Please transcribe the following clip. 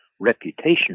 reputation